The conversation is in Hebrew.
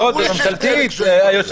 לא, זו הצעה ממשלתית.